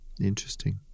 interesting